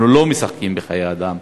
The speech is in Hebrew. אנחנו לא משחקים בחיי אדם,